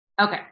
Okay